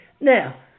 Now